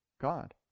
God